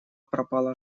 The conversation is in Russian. пропала